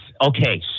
Okay